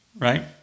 right